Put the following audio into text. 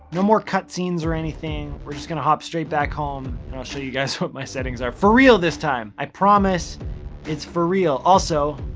no more cut scenes or anything. we're just gonna hop straight back home, home, and i'll show you guys what my settings are, for real this time. i promise it's for real. also,